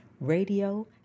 radio